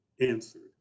answered